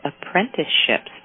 apprenticeships